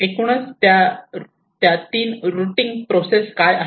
एकूणच त्या तीन रुटींग प्रोसेस काय आहेत